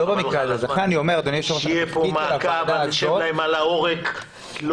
נשב להם על העורק.